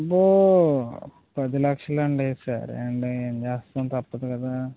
అబ్బో పది లక్షలు అండి సరే అండి ఏమి చేస్తాము తప్పదు కదా